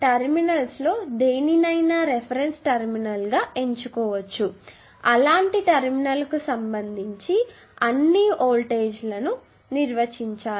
టెర్మినల్స్లో దేనినైనా reference terminal గా ఎంచుకోవచ్చు అలాంటి టెర్మినల్కు సంబంధించి అన్ని వోల్టేజ్లను నిర్వచించండి